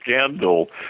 scandal